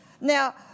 Now